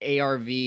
ARV